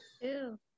Ew